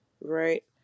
right